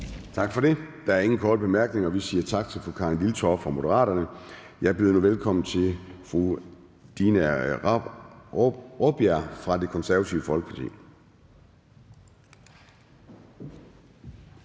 Tak for det. Der er ingen korte bemærkninger. Vi siger tak til fru Rosa Eriksen fra Moderaterne, og jeg byder nu velkommen til Frederik Bloch Münster fra Det Konservative Folkeparti.